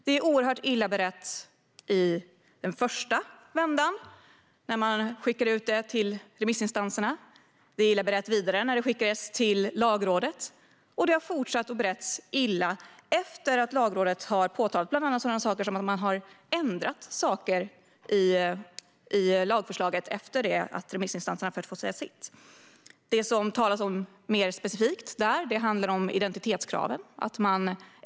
Det blev illa berett i den första vändan, när man skickade ut det till remissinstanserna. Vidare blev det illa berett när det skickades till Lagrådet. Man har fortsatt att bereda det illa efter att Lagrådet bland annat har påtalat sådant som att man har ändrat saker i lagförslaget efter att remissinstanserna har sagt sitt. Där talar man mer specifikt om identitetskraven.